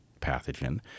pathogen